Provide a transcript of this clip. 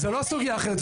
זו לא סוגיה אחרת.